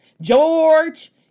George